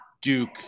Duke